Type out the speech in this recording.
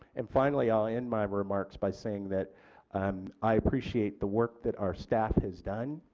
and finally i'll end my remarks by saying that um i appreciate the work that our staff has done.